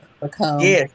become